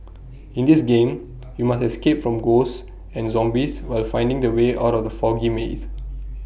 in this game you must escape from ghosts and zombies while finding the way out of the foggy maze